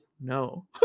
no